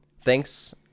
thanks